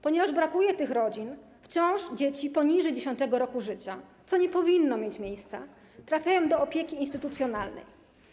Ponieważ brakuje tych rodzin, wciąż dzieci poniżej 10. roku życia, co nie powinno mieć miejsca, trafiają do opieki instytucjonalnej.